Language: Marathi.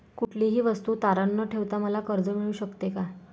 कुठलीही वस्तू तारण न ठेवता मला कर्ज मिळू शकते का?